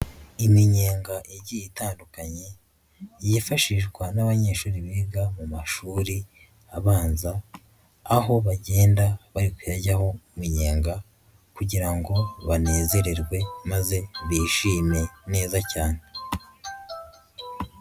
Iminyega igiye itandukanye yifashishwa n'abanyeshuri biga mu mashuri abanza aho bagenda bari kuyaryaho imimyenga kugira ngo banezererwe maze bishime neza cyane.